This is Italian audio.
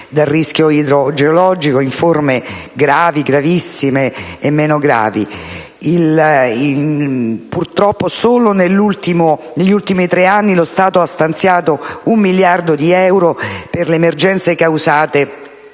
da rischio idrogeologico in forme gravissime, gravi e meno gravi. Purtroppo, solo negli ultimi tre anni lo Stato ha stanziato 1 miliardo di euro per le emergenze causate